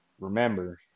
Remember